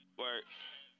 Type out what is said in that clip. work